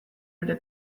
bere